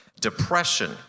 Depression